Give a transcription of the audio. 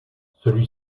celui